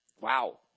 Wow